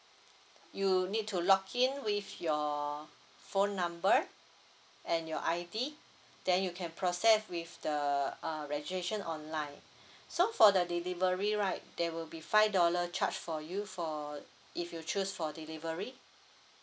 you will need to login with your phone number and your I_D then you can process with the uh registration online so for the delivery right there will be five dollar charge for you for if you choose for delivery